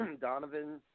Donovan